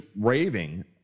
raving